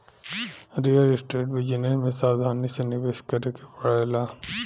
real estate business में सावधानी से निवेश करे के पड़ेला